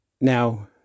Now